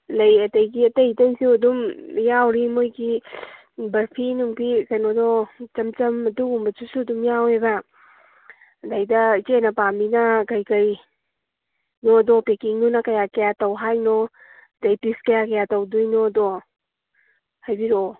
ꯂꯩ ꯑꯗꯒꯤ ꯑꯇꯩ ꯑꯇꯩꯁꯨ ꯑꯗꯨꯝ ꯌꯥꯎꯔꯤ ꯃꯣꯏꯒꯤ ꯕꯔꯐꯤ ꯅꯨꯡꯐꯤ ꯀꯩꯅꯣꯗꯣ ꯆꯝ ꯆꯝ ꯑꯗꯨꯒꯨꯝꯕꯗꯨꯁꯨ ꯑꯗꯨꯝ ꯌꯥꯎꯋꯦꯕ ꯑꯗꯩꯗ ꯏꯆꯦꯅ ꯄꯥꯝꯃꯤꯅ ꯀꯩ ꯀꯩꯅꯣꯗꯣ ꯄꯦꯛꯀꯤꯡꯗꯨꯅ ꯀꯌꯥ ꯀꯌꯥ ꯇꯧ ꯍꯥꯏꯅꯣ ꯑꯗꯩ ꯄꯤꯁ ꯀꯌꯥ ꯀꯌꯥ ꯇꯧꯗꯣꯏꯅꯣꯗꯣ ꯍꯥꯏꯕꯤꯔꯛꯑꯣ